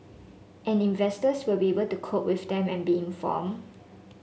and investors will be able to cope with them and be inform